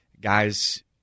guys